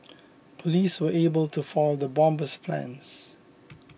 police were able to foil the bomber's plans